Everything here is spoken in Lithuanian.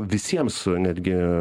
visiems netgi